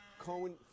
Cohen